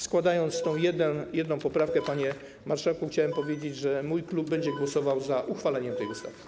Składając tę jedną poprawkę, panie marszałku, chciałbym powiedzieć, że mój klub będzie głosował za uchwaleniem tej ustawy.